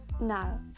no